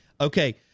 Okay